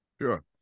sure